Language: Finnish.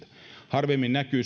harvemmin näkyy